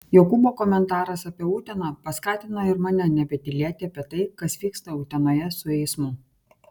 jokūbo komentaras apie uteną paskatino ir mane nebetylėti apie tai kas vyksta utenoje su eismu